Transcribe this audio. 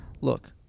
Look